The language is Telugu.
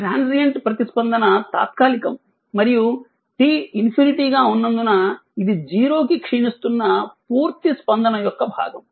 కాబట్టి ట్రాన్సియంట్ ప్రతిస్పందన తాత్కాలికం మరియు t ➝∞ గా ఉన్నందున ఇది 0 కి క్షీణిస్తున్న పూర్తి ప్రతిస్పందన యొక్క భాగం